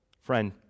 Friend